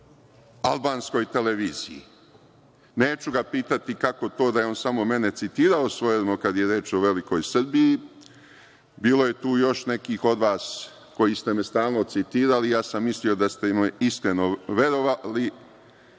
albanskoj televiziji. Neću ga pitati kako to da je on samo mene citirao svojevremeno kada je reč o velikoj Srbiji. Bilo je tu još nekih od vas koji ste me stalno citirali. Ja sam mislio da ste mi iskreno verovali,